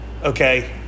Okay